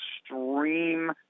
extreme